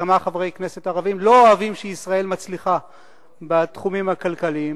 שכמה חברי כנסת ערבים לא אוהבים שישראל מצליחה בתחומים הכלכליים,